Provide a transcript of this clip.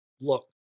Look